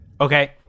Okay